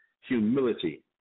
humility